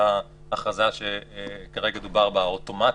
אותה הכרזה שכרגע דובר בה וכונתה האוטומטית.